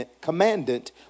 commandant